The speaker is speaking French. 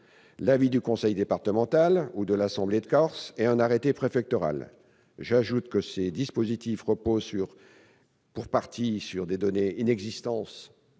l'avis du conseil départemental ou de l'assemblée de Corse et un arrêté préfectoral. En outre, ils reposent pour partie sur des données inexistantes